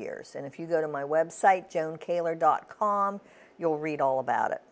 years and if you go to my web site joan kaylor dot com you'll read all about it